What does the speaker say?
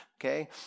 okay